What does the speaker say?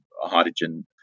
hydrogen